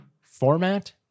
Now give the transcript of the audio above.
format